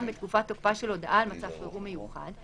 בתקופת תוקפה של הודעה על מצב חירום מיוחד,